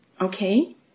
Okay